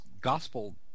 gospel